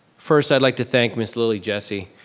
first, i'd like to thank ms. lily jessie.